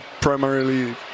primarily